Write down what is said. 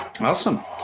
Awesome